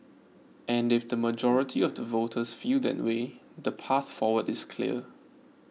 and if the majority of the voters feel that way the path forward is clear